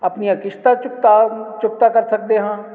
ਆਪਣੀਆਂ ਕਿਸ਼ਤਾਂ ਚੁੱਕਤਾ ਚੁਕਤਾ ਕਰ ਸਕਦੇ ਹਾਂ